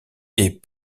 est